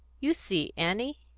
you see, annie?